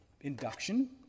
Induction